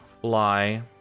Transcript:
fly